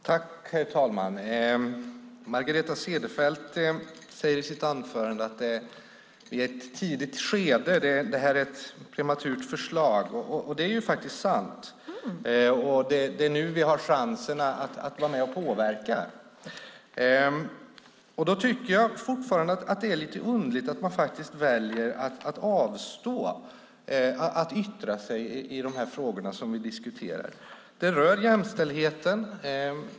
Herr talman! Margareta Cederfelt säger i sitt anförande att vi är i ett tidigt skede, att det här är ett prematurt förslag. Det är sant. Det är nu vi har chansen att vara med och påverka. Därför tycker jag att det är underligt att man väljer att avstå från att yttra sig i de frågor som vi nu diskuterar. De rör jämställdheten.